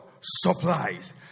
Supplies